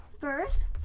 first